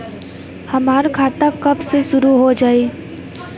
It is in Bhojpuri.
हमार खाता कब से शूरू हो जाई?